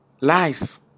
life